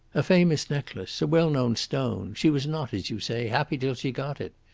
a famous necklace, a well-known stone she was not, as you say, happy till she got it.